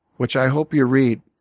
which i hope you read,